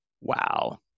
Wow